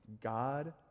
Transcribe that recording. God